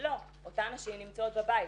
לא, אותן נשים נמצאות בבית.